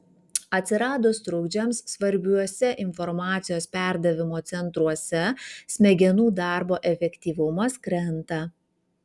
atsiradus trukdžiams svarbiuose informacijos perdavimo centruose smegenų darbo efektyvumas krenta